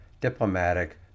diplomatic